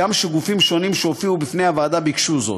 הגם שגופים שונים שהופיעו בפני הוועדה ביקשו זאת.